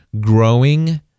growing